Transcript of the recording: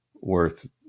worth